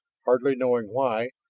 hardly knowing why,